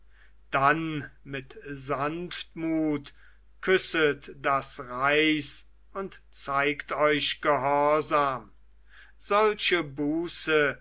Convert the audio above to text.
dann mit sanftmut küsset das reis und zeigt euch gehorsam solche buße